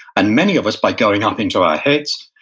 and many of us, by going up into our heads,